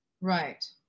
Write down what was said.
Right